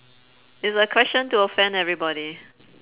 it's a question to offend everybody